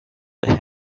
with